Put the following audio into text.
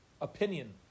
opinion